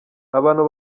abantu